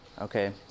okay